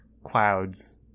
clouds